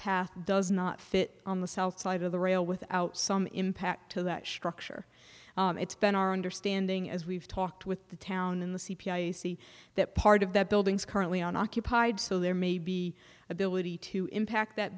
path does not fit on the south side of the rail without some impact to that structure it's been our understanding as we've talked with the town in the c p a see that part of the building is currently on occupied so there may be ability to impact that